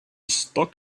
stuck